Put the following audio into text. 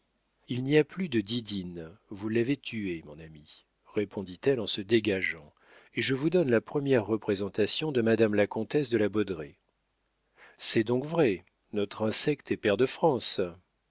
il n'y a plus de didine vous l'avez tuée mon ami répondit-elle en se dégageant et je vous donne la première représentation de madame la comtesse de la baudraye c'est donc vrai notre insecte est pair de france